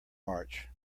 march